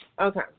Okay